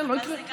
אין, לא יקרה.